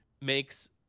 makes